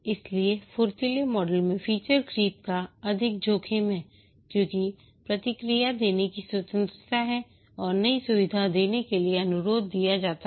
इसलिए फुर्तीले मॉडल में फीचर क्रिप का अधिक जोखिम है क्योंकि प्रतिक्रिया देने की स्वतंत्रता है और नई सुविधा देने के लिए अनुरोध दिया जाता है